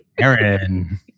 Aaron